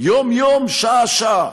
יום-יום שעה-שעה,